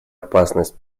опасность